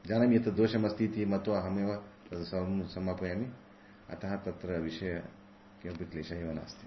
जानामि एतत् दोषमस्तीति मत्वा अहमेव तत् सर्वं समापयामि अतः तत्र विषये किमपि क्लेशः एव नास्ति